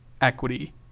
equity